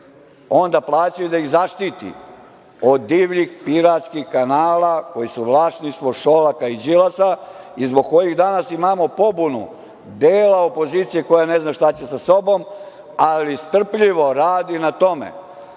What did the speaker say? onda plaćaju da ih zaštiti od divljih piratskih kanala koji su vlasništvo Šolaka i Đilasa i zbog kojih danas imam pobunu dela opozicije koja ne zna šta će sa sobom, ali strpljivo radi na tome